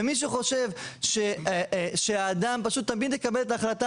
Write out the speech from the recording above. ומי שחושב שהאדם פשוט תמיד יקבל את ההחלטה